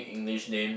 English name